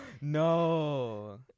No